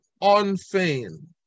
unfeigned